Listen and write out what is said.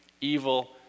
evil